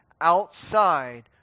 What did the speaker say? outside